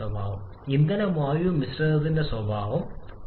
അതിനാൽ വീണ്ടും സമ്പന്നമായ മിശ്രിതങ്ങൾക്ക് വിഘടനത്തിന്റെ ഫലം കുറവാണ്